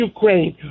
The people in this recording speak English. Ukraine